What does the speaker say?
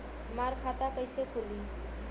हमार खाता कईसे खुली?